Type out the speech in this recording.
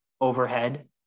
overhead